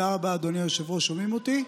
שומעים אותי?